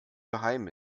geheim